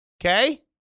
Okay